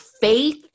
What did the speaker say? faith